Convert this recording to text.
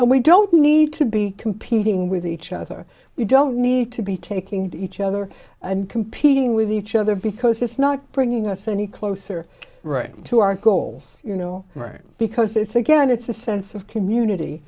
don't need to be competing with each other we don't need to be taking to each other and competing with each other because it's not bringing us any closer right to our goals you know because it's again it's a sense of community